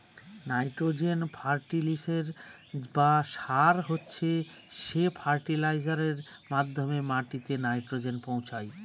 nitrogen ফার্টিলিসের বা সার হচ্ছে সে ফার্টিলাইজারের মাধ্যমে মাটিতে নাইট্রোজেন পৌঁছায়